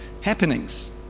happenings